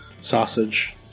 sausage